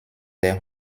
der